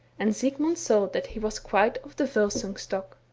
and sigmund saw that he was quite of the volsung stock.